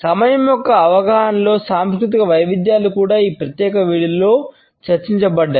సమయం యొక్క అవగాహనలో సాంస్కృతిక వైవిధ్యాలు కూడా ఈ ప్రత్యేక వీడియోలో చర్చించబడ్డాయి